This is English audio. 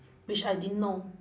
which I didn't know